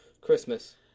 Christmas